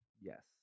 yes